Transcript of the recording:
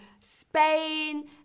Spain